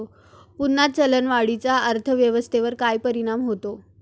पुन्हा चलनवाढीचा अर्थव्यवस्थेवर काय परिणाम होतो